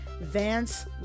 Vance